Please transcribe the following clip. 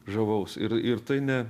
žavaus ir ir tai ne